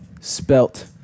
Spelt